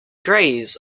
greys